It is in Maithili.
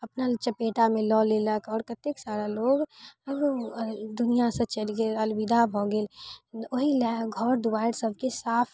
अपना चपेटामे लऽ लेलक आओर कतेक सारा लोग दुनिआँसँ चलि गेल अलविदा भऽ गेल ओही लए घर दुवारि सबके साफ